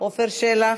עפר שלח,